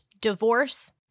divorce